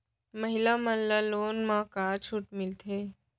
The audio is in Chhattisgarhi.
महिला मन ला लोन मा का छूट मिलथे?